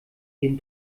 den